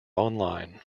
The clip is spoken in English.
online